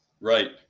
Right